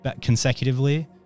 consecutively